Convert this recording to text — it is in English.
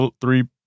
three